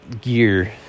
gear